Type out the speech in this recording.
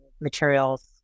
materials